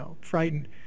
frightened